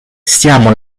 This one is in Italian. stiamo